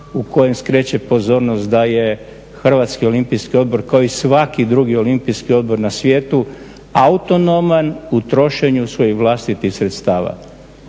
u kojem skreće pozornost da je Hrvatski olimpijski odbor kao i svaki drugi olimpijski odbor na svijetu autonoman u trošenju svojih vlastitih sredstava.